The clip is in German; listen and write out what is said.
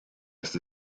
ist